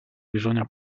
bisogna